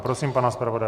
Prosím pana zpravodaje.